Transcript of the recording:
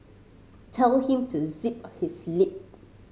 tell him to zip his lip